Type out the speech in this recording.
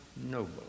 noble